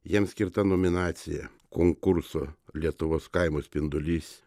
jam skirta nominacija konkurso lietuvos kaimo spindulys